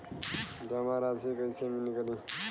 जमा राशि कइसे निकली?